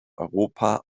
europa